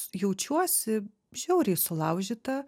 jaučiuosi žiauriai sulaužyta